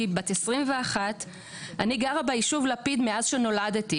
היא בת עשרים ואחת: "אני גרה בישוב לפיד מאז שנולדתי,